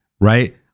right